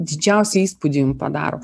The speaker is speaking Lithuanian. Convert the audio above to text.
didžiausią įspūdį jum padaro